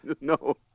No